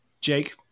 Jake